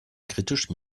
kritisch